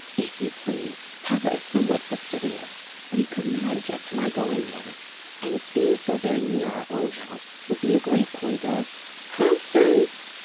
if you please. papa is somewhat fastidious but he could not object to my going there and its being so very near our own house would be a great point of constance!